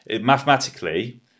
mathematically